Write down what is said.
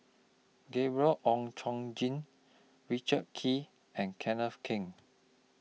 Gabriel Oon Chong Jin Richard Kee and Kenneth Keng